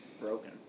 broken